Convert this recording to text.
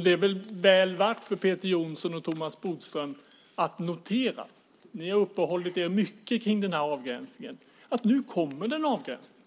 Det är väl värt för Peter Jonsson och Thomas Bodström att notera. Ni har uppehållit er mycket kring den avgränsningen. Nu kommer det en avgränsning.